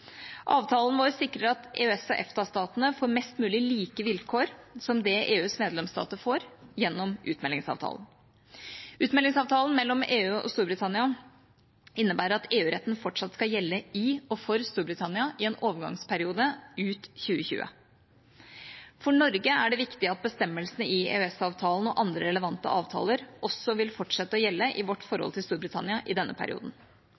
Avtalen vår sikrer at EØS/EFTA-statene får vilkår mest mulig likt det EUs medlemsstater får gjennom utmeldingsavtalen. Utmeldingsavtalen mellom EU og Storbritannia innebærer at EU-retten fortsatt skal gjelde i og for Storbritannia i en overgangsperiode ut 2020. For Norge er det viktig at bestemmelsene i EØS-avtalen og andre relevante avtaler også vil fortsette å gjelde i vårt forhold til Storbritannia i denne perioden.